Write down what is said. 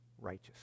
Righteous